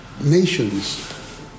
nations